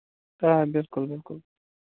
آ بِلکُل بِلکُل